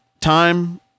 time